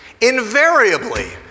invariably